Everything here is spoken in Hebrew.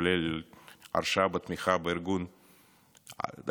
כולל הרשעה בתמיכה בארגון טרור.